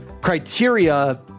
criteria